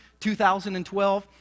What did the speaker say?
2012